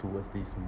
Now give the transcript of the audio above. towards these